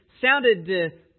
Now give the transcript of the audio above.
sounded